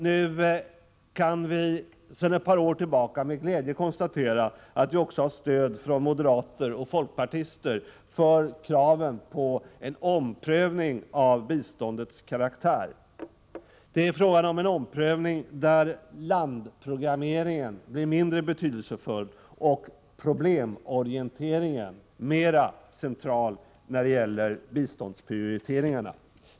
Sedan ett par år tillbaka kan vi nu med glädje konstatera att vi också har stöd från moderater och folkpartister för kraven på en omprövning av biståndets karaktär. Det är fråga om en omprövning där landprogrammeringen blir mindre betydelsefull och problemorienteringen mera central när det gäller biståndsprioriteringarna.